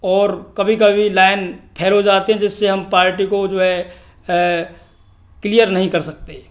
और कभी कभी लाइन फेल हो जाती है जिससे हम पार्टी को जो है क्लियर नहीं कर सकते